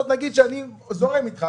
אני זורם איתך,